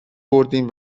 بردیم